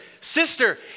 Sister